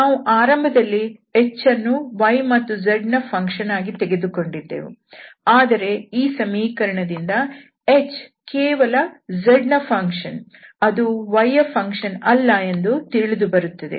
ನಾವು ಆರಂಭದಲ್ಲಿ h ಅನ್ನು y ಮತ್ತುz ನ ಫಂಕ್ಷನ್ ಆಗಿ ತೆಗೆದುಕೊಂಡಿದ್ದೆವು ಆದರೆ ಈ ಸಮೀಕರಣದಿಂದ h ಕೇವಲ z ನ ಫಂಕ್ಷನ್ ಅದು y ಯ ಫಂಕ್ಷನ್ ಅಲ್ಲ ಎಂದು ತಿಳಿದುಬರುತ್ತದೆ